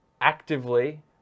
actively